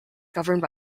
governed